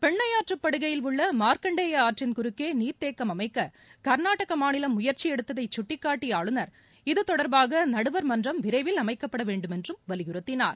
பெண்ணையாற்று படுகையில் உள்ள மார்கண்டேய ஆற்றின் குறுக்கே நீர்த்தேக்கம் அமைக்க கர்நாடக மாநிலம் முயற்சி எடுத்ததை கட்டிக்காட்டிய ஆளுநர் இதுதொடர்பாக நடுவர் மன்றம் விரைவில் அமைக்கப்பட வேண்டும் என்றும் வலியுறுத்தினார்